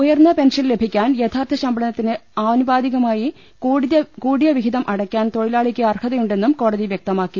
ഉയർന്ന പെൻഷൻ ലഭിക്കാൻ യഥാർത്ഥ ശമ്പളത്തിന് ആനുപാതികമായി കൂടിയ വിഹിതം അടക്കാൻ തൊഴിലാളിക്ക് അർഹതയുണ്ടെന്നും കോടതി വൃക്തമാ ക്കി